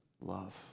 love